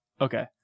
okay